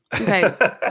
Okay